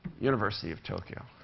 university of tokyo.